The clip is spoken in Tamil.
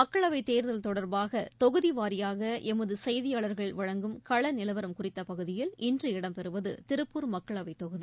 மக்களவைத் தேர்தல் தொடர்பாக தொகுதி வாரியாக எமது செய்தியாளர்கள் வழங்கும் கள நிலவரம் குறித்த பகுதியில் இன்று இடம்பெறுவது திருப்பூர் மக்களவைத் தொகுதி